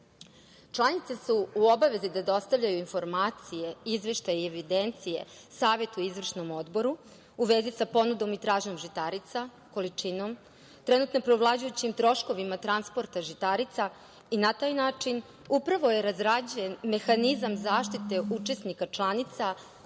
su u obavezi da dostavljaju informacije, izveštaje i evidencije savetu i izvršnom odboru u vezi sa ponudom i tražnjom žitarica, količinom, trenutno preovlađujućim troškovima transporta žitarica i na taj način upravo je razrađen mehanizam zaštite učesnika članica